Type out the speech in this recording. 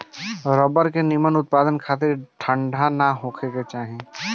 rubber के निमन उत्पदान खातिर ठंडा ना होखे के चाही